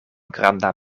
granda